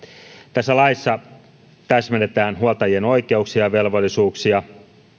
tässä laissa täsmennetään huoltajien oikeuksia ja velvollisuuksia